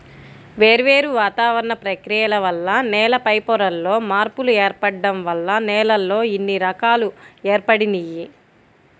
వేర్వేరు వాతావరణ ప్రక్రియల వల్ల నేల పైపొరల్లో మార్పులు ఏర్పడటం వల్ల నేలల్లో ఇన్ని రకాలు ఏర్పడినియ్యి